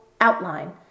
outline